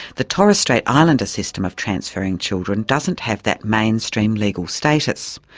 the torres strait islander system of transferring children doesn't have that mainstream legal status.